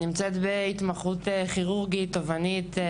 אני נמצאת בהתמחות כירורגית תובענית.